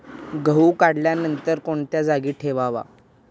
गहू काढल्यानंतर कोणत्या जागी ठेवावा?